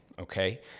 Okay